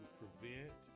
prevent